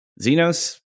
Xenos